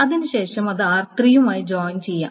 അതിനുശേഷം അത് r3 മായി ജോയിൻ ചെയ്യാം